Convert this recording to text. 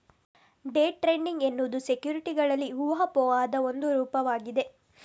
day trading ಎನ್ನುವುದು ಸೆಕ್ಯುರಿಟಿಗಳಲ್ಲಿನ ಊಹಾಪೋಹದ ಒಂದು ರೂಪವಾಗಿದೆ